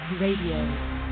Radio